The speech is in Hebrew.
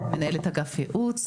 מנהלת אגף ייעוץ,